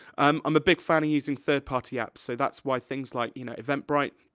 um i'm a big fan of using third party apps, so that's why things like, you know, eventbrite,